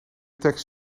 tekst